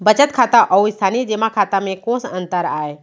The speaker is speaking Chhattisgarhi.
बचत खाता अऊ स्थानीय जेमा खाता में कोस अंतर आय?